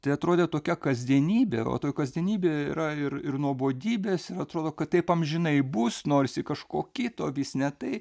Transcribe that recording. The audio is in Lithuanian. tai atrodė tokia kasdienybė o toji kasdienybė yra ir ir nuobodybės ir atrodo kad taip amžinai bus norisi kažko kito vis ne tai